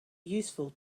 useful